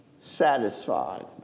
satisfied